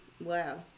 Wow